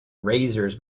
razors